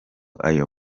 ayo